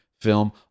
film